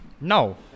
No